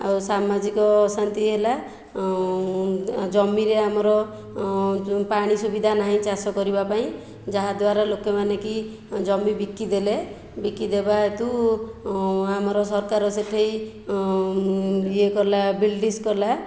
ଆଉ ସାମାଜିକ ଅଶାନ୍ତି ହେଲା ଜମିରେ ଆମର ପାଣି ସୁବିଧା ନାହିଁ ଚାଷ କରିବା ପାଇଁ ଯାହାଦ୍ୱାରା ଲୋକମାନେ କି ଜମି ବିକି ଦେଲେ ବିକିଦେବା ହେତୁ ଆମର ସରକାର ସେଇଠି ଏହି ଇଏ କଲା ବିଲ୍ଡ଼ିଙ୍ଗସ୍ କଲା